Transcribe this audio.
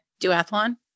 Duathlon